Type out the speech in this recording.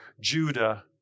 Judah